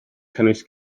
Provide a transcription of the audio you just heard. cynnwys